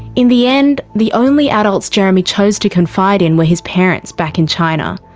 in the end, the only adults jeremy chose to confide in were his parents back in china.